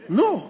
no